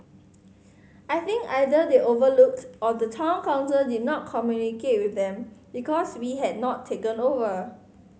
I think either they overlooked or the Town Council did not communicate with them because we had not taken over